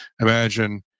Imagine